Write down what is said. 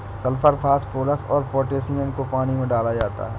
sulphur phosphorus और potassium को पानी में डाला जाता है